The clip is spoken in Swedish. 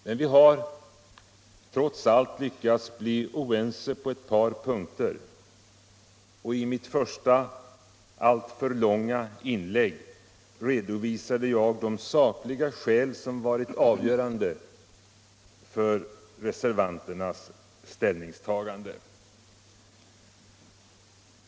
Men vi har trots allt lyckats bli oense på ett par punkter, och i mitt första, alltför långa inlägg redovisade jag de sakliga skäl som varit avgörande för reservanternas ställningstagande.